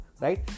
right